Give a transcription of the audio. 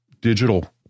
digital